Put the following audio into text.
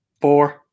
four